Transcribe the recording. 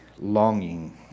longing